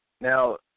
Now